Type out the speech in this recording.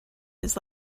his